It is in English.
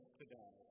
today